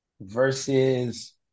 versus